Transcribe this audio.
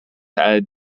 added